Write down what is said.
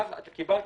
קיבלת.